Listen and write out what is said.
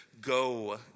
go